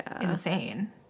insane